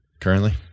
currently